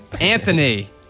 Anthony